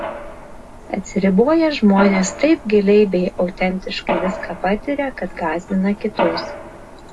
atsiriboję žmonės taip giliai bei autentiškai viską patiria kad gąsdina kitus